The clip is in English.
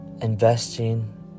investing